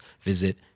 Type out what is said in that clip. visit